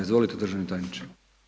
Izvolite državni tajniče.